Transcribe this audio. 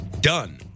Done